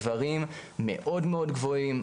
גברים מאוד מאוד גבוהים,